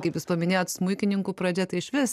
kaip jūs paminėjot smuikininkų pradžia tai išvis